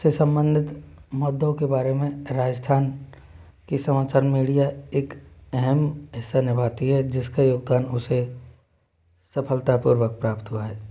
से संबंधित मुद्दों के बारे में राजस्थान की समाचार मीडिया एक अहम हिस्सा निभाती है जिसका योगदान उसे सफलतापूर्वक प्राप्त हुआ है